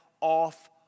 off